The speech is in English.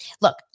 Look